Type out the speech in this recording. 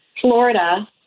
Florida